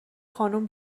خانم